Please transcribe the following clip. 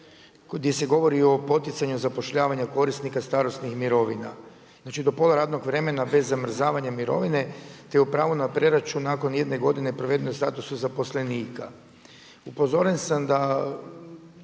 gdje se govori o poticanju zapošljavanja korisnika starosnih mirovina. Znači do pola radnog vremena bez zamrzavanja mirovine te o pravu na preračun nakon jedne godine provedene u statusu zaposlenika. Upozoren sam da